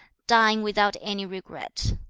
dying without any regret.